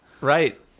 Right